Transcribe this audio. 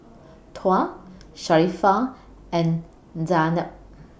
Tuah Sharifah and Zaynab